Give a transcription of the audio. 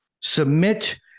submit